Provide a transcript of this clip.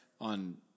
on